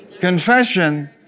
confession